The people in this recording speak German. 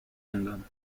ändern